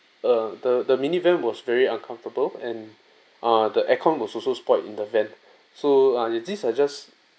err the the minivan was very uncomfortable and err the aircon was also spoil in the van so these are just